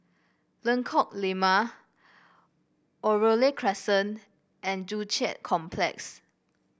Lengkok Lima Oriole Crescent and Joo Chiat Complex